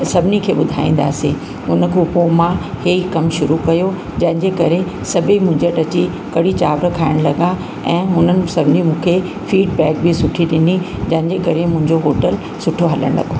सभिनी खे ॿुधाईंदासीं उन खां पोइ मां इहे कमु शुरू कयो जंहिंजे करे सभी मूं वटि अची कढ़ी चांवर खाइणु लॻा ऐं हुननि सभिनी मूंखे फीडबैक बि सुठी ॾिनी जंहिंजे करे मुंहिंजो होटल सुठो हलणु लॻो